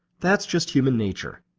that's just human nature.